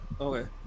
Okay